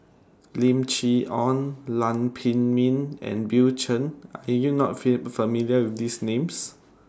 Lim Chee Onn Lam Pin Min and Bill Chen Are YOU not feel familiar with These Names